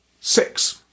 six